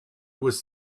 was